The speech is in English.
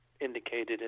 indicated